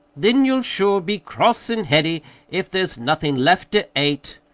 then you'll sure be cross and heady if there's nothin' left to ate.